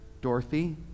dorothy